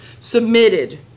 submitted